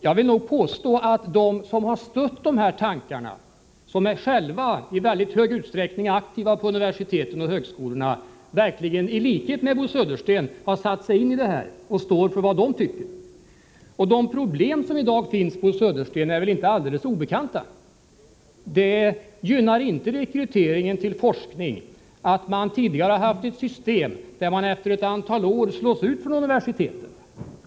Jag vill nog påstå att de som har stött dessa tankar — personer som själva i stor utsträckning är aktiva vid universitet och högskolor — verkligen, i likhet med Bo Södersten, har satt sig in i förslaget och står för vad de tycker. De problem som finns i dag är väl inte alldeles obekanta. Det gynnar inte rekryteringen till forskning att vi tidigare haft ett system där man efter ett antal år slås ut från universiteten.